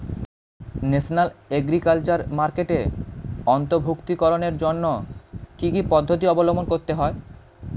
National agriculture মার্কেটে অন্তর্ভুক্তিকরণের জন্য কি কি পদ্ধতি অবলম্বন করতে হয়?